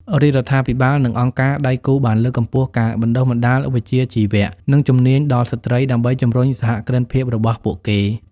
រាជរដ្ឋាភិបាលនិងអង្គការដៃគូបានលើកកម្ពស់ការបណ្តុះបណ្តាលវិជ្ជាជីវៈ និងជំនាញដល់ស្ត្រីដើម្បីជំរុញសហគ្រិនភាពរបស់ពួកគេ។